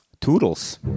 Toodles